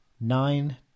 nine